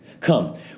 Come